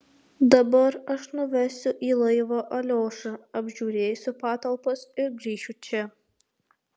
dabar aš nuvesiu į laivą aliošą apžiūrėsiu patalpas ir grįšiu čia